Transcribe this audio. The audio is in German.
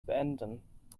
beenden